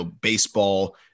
baseball